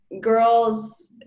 girls